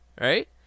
right